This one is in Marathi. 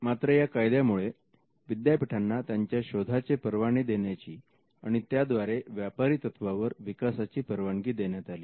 मात्र या कायद्यामुळे विद्यापीठांना त्यांच्या शोधांचे परवाने देण्याची आणि त्याद्वारे व्यापारी तत्त्वावर विकासाची परवानगी देण्यात आली